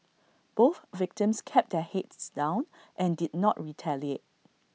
both victims kept their heads down and did not retaliate